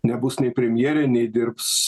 nebus nei premjerė nei dirbs